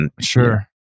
Sure